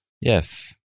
Yes